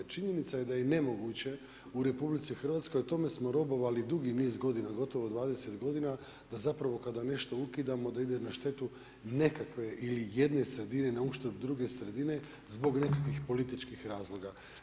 Činjenica je da je nemoguće u RH, o tome smo robovali dugi niz godina, gotovo 20 g. da zapravo kada nešto ukidamo, da ide na štetu, nekakve ili jedne sredine na uštrb druge sredine zbog nekakvih političkih razloga.